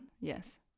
Yes